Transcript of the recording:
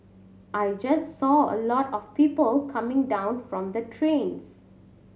I just saw a lot of people coming down from the trains